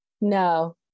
no